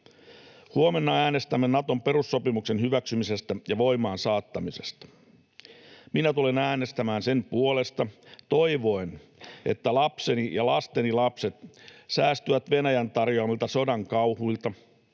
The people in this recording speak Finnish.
Huomenna äänestämme Naton perussopimuksen hyväksymisestä ja voimaansaattamisesta. Minä tulen äänestämään sen puolesta toivoen, että lapseni ja lasteni lapset säästyvät Venäjän tarjoamilta sodan kauhuilta